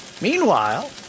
Meanwhile